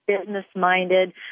business-minded